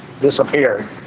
disappeared